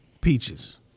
Peaches